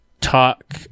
talk